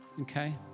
Okay